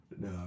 No